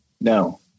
No